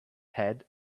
head